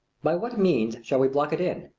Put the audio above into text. by what means shall we block it in?